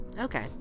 Okay